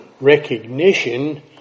recognition